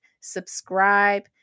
subscribe